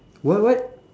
what what